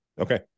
okay